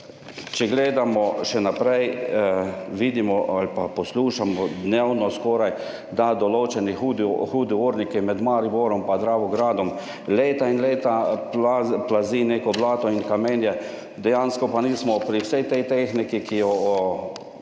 če gledamo še naprej, vidimo ali pa poslušamo dnevno skoraj, da določeni hudourniki med Mariborom pa Dravogradom leta in leta plazi neko blato in kamenje, dejansko pa nismo pri vsej tej tehniki, ki jo dejansko